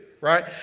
right